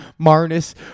Marnus